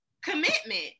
commitment